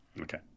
Okay